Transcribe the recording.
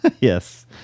Yes